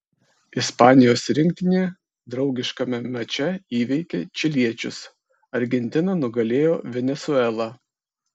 ispanijos rinktinė draugiškame mače įveikė čiliečius argentina nugalėjo venesuelą